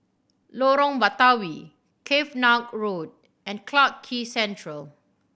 Lorong Batawi Cavenagh Road and Clarke Quay Central